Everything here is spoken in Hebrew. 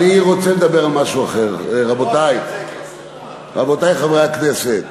אני רוצה לדבר על משהו אחר, רבותי חברי הכנסת.